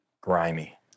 grimy